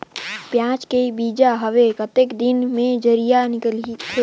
पियाज के बीजा हवे कतेक दिन मे जराई निकलथे?